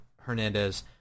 Hernandez